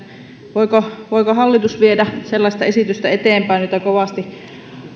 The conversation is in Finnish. voiko voiko hallitus viedä eteenpäin sellaista esitystä jota ammattiliitot kovasti